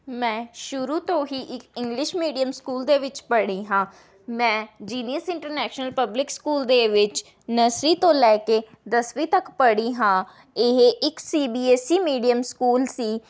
ਮੈਂ ਸ਼ੁਰੂ ਤੋਂ ਹੀ ਇੱਕ ਇੰਗਲਿਸ਼ ਮੀਡੀਅਮ ਸਕੂਲ ਦੇ ਵਿੱਚ ਪੜ੍ਹੀ ਹਾਂ ਮੈਂ ਜੀਨੀਅਸ ਇੰਟਰਨੈਸ਼ਨਲ ਪਬਲਿਕ ਸਕੂਲ ਦੇ ਵਿੱਚ ਨਰਸਰੀ ਤੋਂ ਲੈ ਕੇ ਦਸਵੀਂ ਤੱਕ ਪੜ੍ਹੀ ਹਾਂ ਇਹ ਇੱਕ C B S E medium school ਸੀ